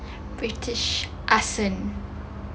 british accent